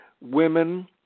women